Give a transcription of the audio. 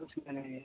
कुछ बने हैं